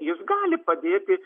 jis gali padėti